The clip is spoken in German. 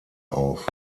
auf